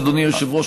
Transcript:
אדוני היושב-ראש,